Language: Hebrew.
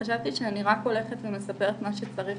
חשבתי שאני רק הולכת ומספרת מה שצריך,